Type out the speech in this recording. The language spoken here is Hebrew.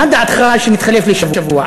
מה דעתך שנתחלף לשבוע?